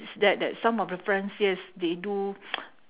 that that some of your friends yes they do